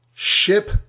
ship